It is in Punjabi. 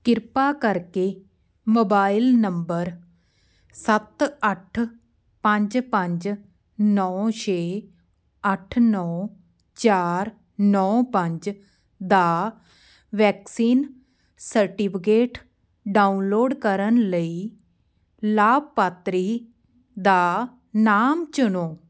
ਕਿਰਪਾ ਕਰਕੇ ਮੋਬਾਈਲ ਨੰਬਰ ਸੱਤ ਅੱਠ ਪੰਜ ਪੰਜ ਨੌਂ ਛੇ ਅੱਠ ਨੌਂ ਚਾਰ ਨੌਂ ਪੰਜ ਦਾ ਵੈਕਸੀਨ ਸਰਟੀਫਿਕੇਟ ਡਾਊਨਲੋਡ ਕਰਨ ਲਈ ਲਾਭਪਾਤਰੀ ਦਾ ਨਾਮ ਚੁਣੋ